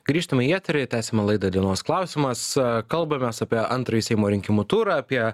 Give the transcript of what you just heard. grįžtam į eterį tęsiame laidą dienos klausimas kalbamės apie antrąjį seimo rinkimų turą apie